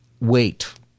wait